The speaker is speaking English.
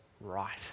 right